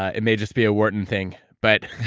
ah it may just be a word and thing, but